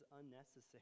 unnecessary